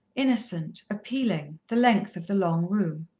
innocent, appealing, the length of the long room.